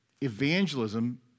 evangelism